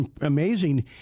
amazing